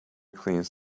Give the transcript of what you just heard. cleans